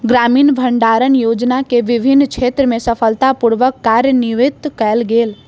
ग्रामीण भण्डारण योजना के विभिन्न क्षेत्र में सफलता पूर्वक कार्यान्वित कयल गेल